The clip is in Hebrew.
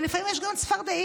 ולפעמים יש גם צפרדעים.